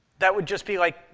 that would just be, like,